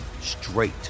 straight